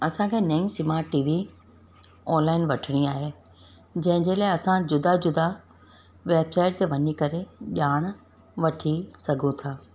असांखे नई smart T V online वठिणी आहे जंहिं जे लाइ असां जुदा जुदा वेबसाइट ते वञी करे ॼाण वठी सघूं था